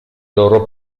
loro